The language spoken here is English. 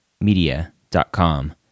media.com